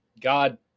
God